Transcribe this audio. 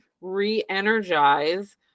re-energize